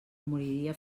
moriria